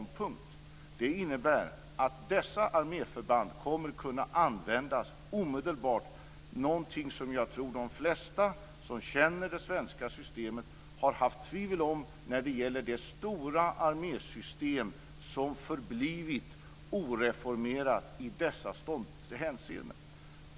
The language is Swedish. Det innebär att dessa arméförband kommer att kunna användas omedelbart - någonting som jag tror att de flesta som känner det svenska systemet har haft tvivel om när det gäller det stora armésystem som förblivit oreformerat i dessa hänseenden.